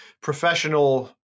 professional